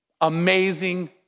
amazing